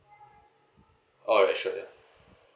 alright sure ya